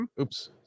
Oops